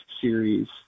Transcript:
series